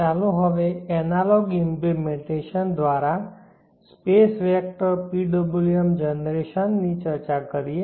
ચાલો હવે analog implementation દ્વારા સ્પેસ વેક્ટર PWM જનરેશન ની ચર્ચા કરીએ